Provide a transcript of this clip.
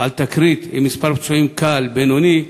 על תקרית עם כמה פצועים קל/בינוני,